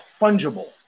fungible